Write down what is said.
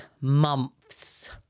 months